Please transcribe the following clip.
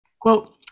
Quote